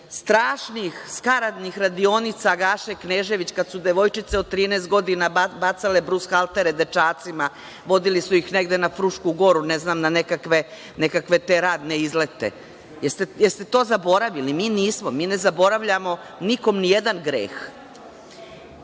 strašnih skaradnih radionica Gaše Kneževića, kada su devojčice od 13 godina bacale brushaltere dečacima, vodili su ih na Frušku Goru, na nekakve radne izlete. Da li ste to zaboravili? Mi nismo, mi ne zaboravljamo nikome ni jedan